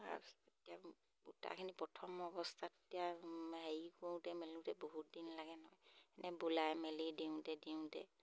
তাৰপিছত এতিয়া বুটাখিনি প্ৰথম অৱস্থাত তেতিয়া হেৰি কৰোঁতে মেলোঁতে বহুত দিন লাগে নহয় এনেই বোলাই মেলি দিওঁতে দিওঁতে